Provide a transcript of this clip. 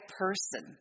person